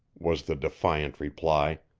was the defiant reply.